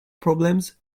problems